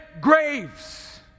graves